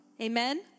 Amen